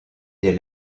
des